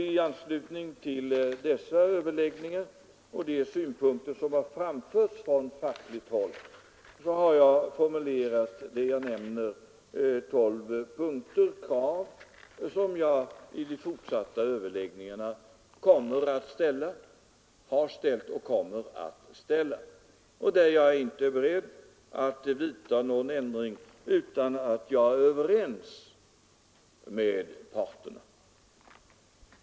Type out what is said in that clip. I anslutning till dessa överläggningar och de synpunkter som framförts från fackligt håll har jag formulerat de krav i tolv punkter som jag här nämnde och som jag har ställt och kommer att ställa i de fortsatta överläggningarna. Jag är inte beredd att vidta någon ändring av dessa punkter utan att jag är överens med parterna.